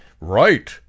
Right